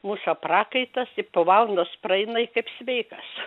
muša prakaitas ir po valandos praeina i kaip sveikas